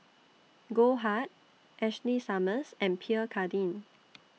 Goldheart Ashley Summers and Pierre Cardin